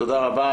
תודה רבה.